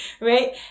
Right